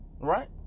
right